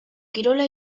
kirola